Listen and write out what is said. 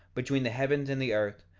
between the heavens and the earth,